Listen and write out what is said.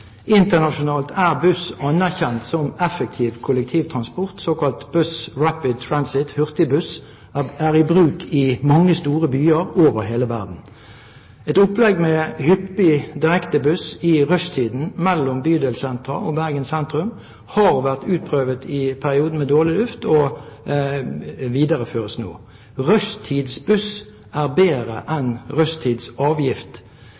Internasjonalt er buss anerkjent som effektiv kollektivtransport. Såkalt «bus rapid transit», hurtigbuss, er i bruk i mange store byer over hele verden. Et opplegg med hyppige, direkte bussavganger i rushtiden mellom bydelssentra og Bergen sentrum har vært utprøvd i perioden med dårlig luft, og videreføres nå. Rushtidsbuss er bedre